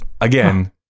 again